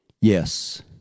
Yes